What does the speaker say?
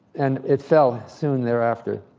and it fell soon thereafter.